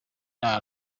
nta